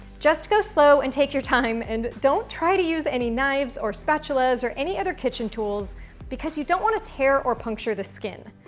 just go slow and take your time, and don't try to use any knives or spatulas or any other kitchen tools because you don't wanna tear or puncture the skin.